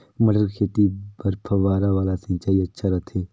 मटर के खेती बर फव्वारा वाला सिंचाई अच्छा रथे?